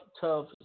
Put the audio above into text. tough